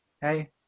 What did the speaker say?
hey